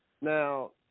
Now